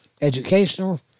educational